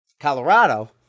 Colorado